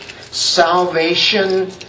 salvation